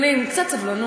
אדוני, עם קצת סבלנות.